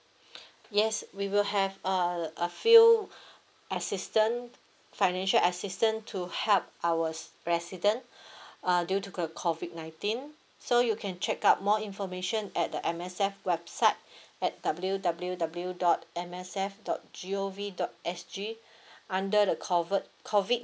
yes we will have uh a few assistant financial assistant to help our s residents uh due to the COVID nineteen so you can check out more information at the M_S_F website at W W W dot M S F dot G O V dot S G under the covert COVID